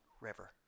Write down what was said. River